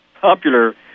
popular